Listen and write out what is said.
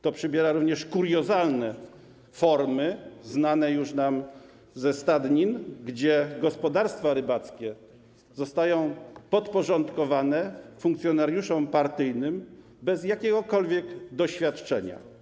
To przybiera również kuriozalne formy znane już nam ze stadnin, gdzie gospodarstwa rybackie zostają podporządkowane funkcjonariuszom partyjnym bez jakiegokolwiek doświadczenia.